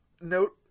note